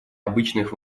обычных